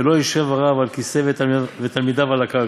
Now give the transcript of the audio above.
ולא ישב הרב על הכיסא ותלמידיו על הקרקע,